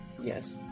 Yes